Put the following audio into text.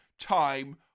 time